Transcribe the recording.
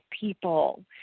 people